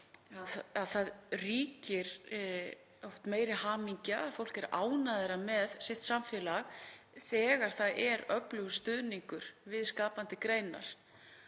það ríkir oft meiri hamingja og fólk er ánægðara með sitt samfélag þegar öflugur stuðningur er við skapandi greinar.